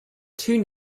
two